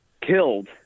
killed